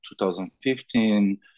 2015